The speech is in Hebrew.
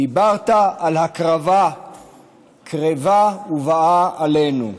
דיברת על הקרבה קרבה ובאה עלינו,